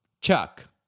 Chuck